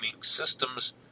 systems